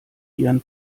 ihren